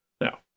Now